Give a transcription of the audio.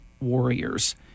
warriors